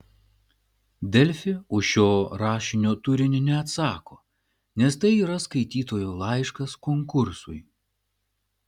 delfi už šio rašinio turinį neatsako nes tai yra skaitytojo laiškas konkursui